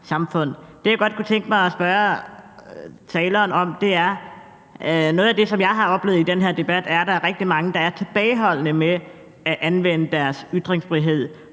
Det, jeg godt kunne tænke mig at spørge taleren om, handler om noget af det, som jeg har oplevet i den her debat, og det er, at der er rigtig mange, der er tilbageholdende med at anvende deres ytringsfrihed